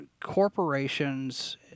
corporations